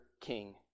King